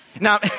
Now